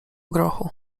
grochu